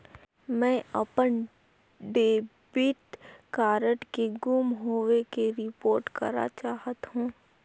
मैं अपन debit card के गुम होवे के रिपोर्ट करा चाहत हों